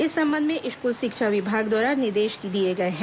इस संबंध में स्कूल शिक्षा विभाग द्वारा निर्देश दिए गए हैं